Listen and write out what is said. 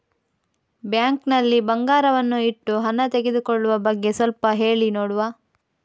Bank ನಲ್ಲಿ ಬಂಗಾರವನ್ನು ಇಟ್ಟು ಹಣ ತೆಗೆದುಕೊಳ್ಳುವ ಬಗ್ಗೆ ಸ್ವಲ್ಪ ಹೇಳಿ ನೋಡುವ?